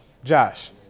Josh